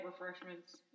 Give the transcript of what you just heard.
refreshments